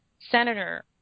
senator